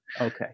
Okay